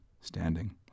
Standing